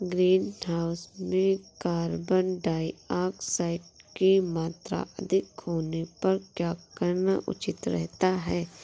Greenhouse में carbon dioxide की मात्रा अधिक होने पर क्या करना उचित रहता है?